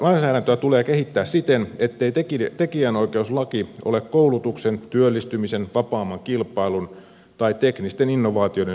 lainsäädäntöä tulee kehittää siten ettei tekijänoikeuslaki ole koulutuksen työllistymisen vapaamman kilpailun tai teknisten innovaatioiden syntymisen tiellä